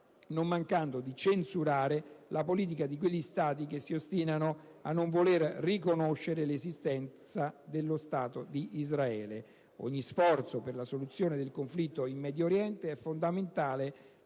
non mancando di censurare la politica di quegli Stati che si ostinano a non voler riconoscere l'esistenza dello Stato di Israele. Ogni sforzo, per la soluzione del conflitto in Medio Oriente, è fondamentale